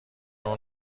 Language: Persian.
اون